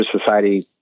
Society